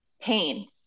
pain